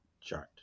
Chart